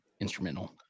instrumental